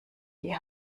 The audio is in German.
die